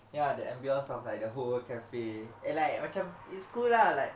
ya the ambience of like the whole cafe and like macam it's cool lah like